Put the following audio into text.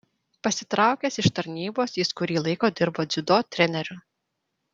pasitraukęs iš tarnybos jis kurį laiką dirbo dziudo treneriu